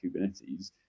kubernetes